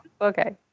Okay